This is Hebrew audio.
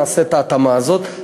נעשה את ההתאמה הזאת.